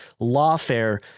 lawfare